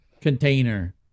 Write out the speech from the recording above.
container